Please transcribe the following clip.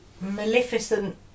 Maleficent